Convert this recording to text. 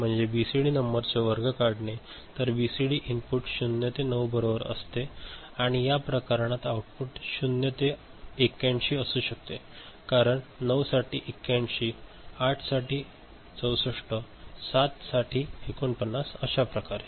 म्हणजे बीसीडी नंबरचे वर्ग काढणे तर बीसीडी इनपुट 0 ते 9 बरोबर असते आणि या प्रकरणात आउटपुट 0 ते 81 असू शकते कारण 9 साठी 81 8 साठी 64 7 साठी 49 अश्याप्रकारे